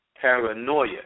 paranoia